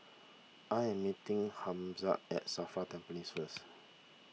I am meeting Hamza at Safra Tampines first